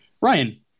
Ryan